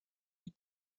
wyt